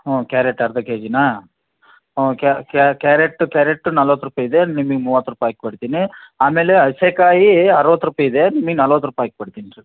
ಹ್ಞೂ ಕ್ಯಾರೆಟ್ ಅರ್ಧ ಕೆ ಜಿನಾ ಹಾಂ ಕ್ಯಾರೆಟ್ಟು ಕ್ಯಾರೆಟ್ಟು ನಲ್ವತ್ತು ರೂಪಾಯಿ ಇದೆ ನಿಮಗೆ ಮೂವತ್ತು ರೂಪಾಯಿ ಹಾಕಿ ಕೊಡ್ತೀನಿ ಆಮೇಲೆ ಅಸೆಕಾಯಿ ಅರುವತ್ತು ರೂಪಾಯಿ ಇದೆ ನಿಮಗೆ ನಲ್ವತ್ತು ರೂಪಾಯಿ ಹಾಕಿ ಕೊಡ್ತೀನಿ ರೀ